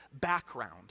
background